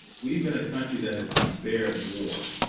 we've been a country that has been spared war,